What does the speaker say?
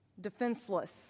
defenseless